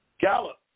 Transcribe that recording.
Gallup